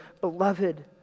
beloved